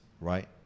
right